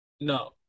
No